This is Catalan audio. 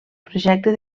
projecte